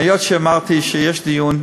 היות שאמרתי שיש דיון,